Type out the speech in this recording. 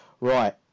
Right